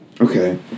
Okay